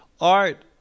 art